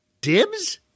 dibs